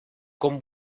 con